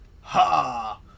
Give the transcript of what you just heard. Ha